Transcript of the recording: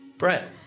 Brett